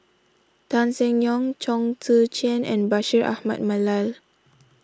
Tan Seng Yong Chong Tze Chien and Bashir Ahmad Mallal